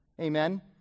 Amen